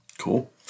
Cool